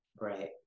Right